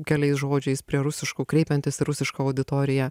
keliais žodžiais prie rusiškų kreipiantis į rusišką auditoriją